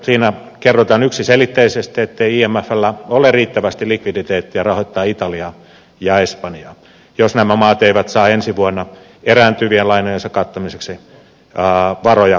siinä kerrotaan yksiselitteisesti ettei imfllä ole riittävästi likviditeettiä rahoittaa italiaa ja espanjaa jos nämä maat eivät saa ensi vuonna erääntyvien lainojensa kattamiseksi varoja rahoitusmarkkinoilta